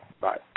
Bye